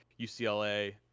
ucla